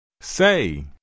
Say